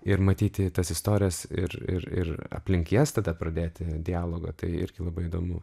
ir matyti tas istorijas ir ir ir aplink jas tada pradėti dialogą tai irgi labai įdomu